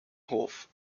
hof